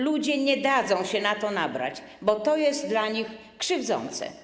Ludzie nie dadzą się na to nabrać, bo to jest dla nich krzywdzące.